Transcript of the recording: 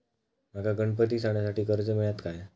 माका गणपती सणासाठी कर्ज मिळत काय?